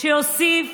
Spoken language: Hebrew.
שיוסיף